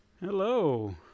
Hello